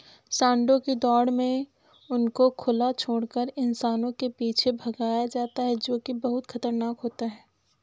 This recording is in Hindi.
सांडों की दौड़ में उनको खुला छोड़कर इंसानों के पीछे भगाया जाता है जो की बहुत खतरनाक होता है